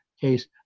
case